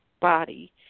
body